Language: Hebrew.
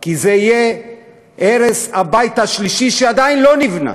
כי זה יהיה הרס הבית השלישי, שעדיין לא נבנה.